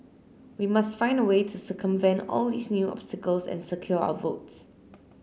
we must find a way to circumvent all these new obstacles and secure our votes